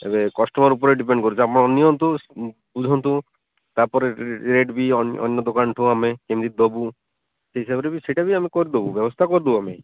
ଏବେ କଷ୍ଟମର ଉପରେ ଡିପେଣ୍ଡ କରୁଛି ଆପଣ ନିଅନ୍ତୁ ବୁଝନ୍ତୁ ତା'ପରେ ରେଟ୍ ବି ଅନ୍ୟ ଅନ୍ୟ ଦୋକାନଠୁ ଆମେ କେମିତି ଦେବୁ ସେ ହିସାବରେ ସେଇଟା ବି ଆମେ କରିଦେବୁ ବ୍ୟବସ୍ଥା କରିଦେବୁ ଆମେ